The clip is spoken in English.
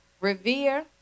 Revere